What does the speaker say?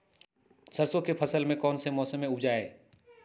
सरसों की फसल कौन से मौसम में उपजाए?